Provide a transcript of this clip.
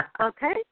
okay